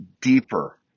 deeper